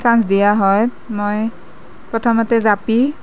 chance দিয়া হয় মই প্ৰথমতে জাপি